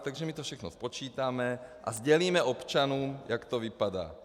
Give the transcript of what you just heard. Takže my to všechno spočítáme a sdělíme občanům, jak to vypadá.